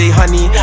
honey